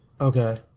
Okay